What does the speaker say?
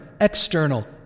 external